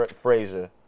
Frazier